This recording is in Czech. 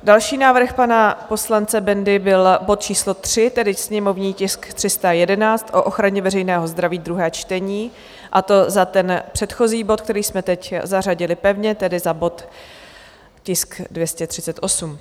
Další návrh pana poslance Bendy byl bod číslo 3, tedy sněmovní tisk 311, o ochraně veřejného zdraví, druhé čtení, a to za ten předchozí bod, který jsme teď zařadili pevně, tedy za bod tisk 238.